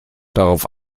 darauf